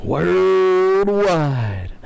Worldwide